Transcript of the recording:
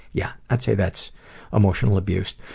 yeah, i'd say that's emotional abuse.